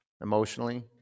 emotionally